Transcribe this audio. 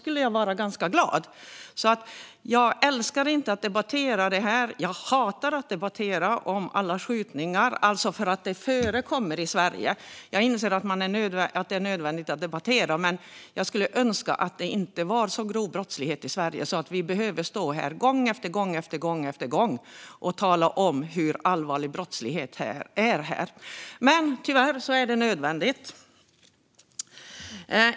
Jag älskar alltså inte att debattera det här. Jag hatar att debattera alla skjutningar som förekommer i Sverige, just för att de förekommer. Jag inser att det är nödvändigt att debattera detta, men jag skulle önska att det inte fanns så grov brottslighet i Sverige att vi behöver stå här gång efter gång och tala om hur allvarlig brottsligheten är. Men tyvärr är det nödvändigt.